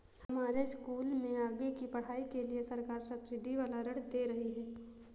हमारे स्कूल में आगे की पढ़ाई के लिए सरकार सब्सिडी वाला ऋण दे रही है